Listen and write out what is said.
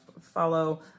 follow